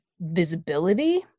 visibility